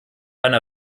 eine